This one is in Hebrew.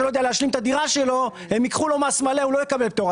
שלא יכול להשלים את הדירה שלו הם ייקחו לו מס מלא; הוא לא יקבל פטור.